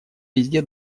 везде